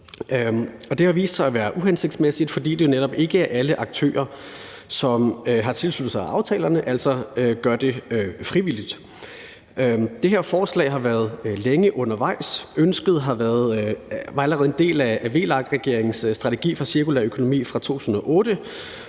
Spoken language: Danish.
Det har vist sig at være uhensigtsmæssigt, fordi det netop ikke er alle aktører, som har tilsluttet sig aftalerne, altså gør det frivilligt. Det her forslag har været længe undervejs. Ønsket var allerede en del af VLAK-regeringens strategi for cirkulær økonomi fra 2008,